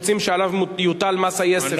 שאתם רוצים שעליו יוטל מס היסף,